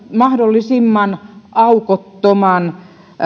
mahdollisimman aukottoman